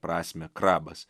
prasmę krabas